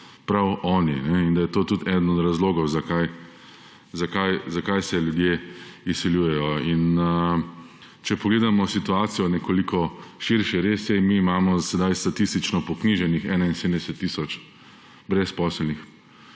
prav oni, in da je to tudi eden od razlogov, zakaj se ljudje izseljujejo. Če pogledamo situacijo nekoliko širše. Res je, mi imamo sedaj statistično poknjiženih 71 tisoč brezposelnih,